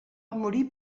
morir